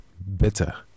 better